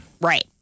Right